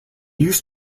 used